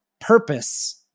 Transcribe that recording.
purpose